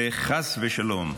וחס ושלום,